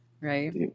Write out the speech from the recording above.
right